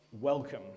welcome